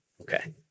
Okay